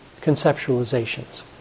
conceptualizations